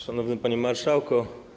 Szanowny Panie Marszałku!